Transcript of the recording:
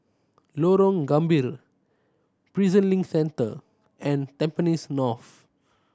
Lorong Gambir Prison Link Centre and Tampines North